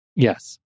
Yes